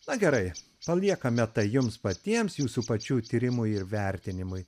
na gerai paliekame tai jums patiems jūsų pačių tyrimui ir vertinimui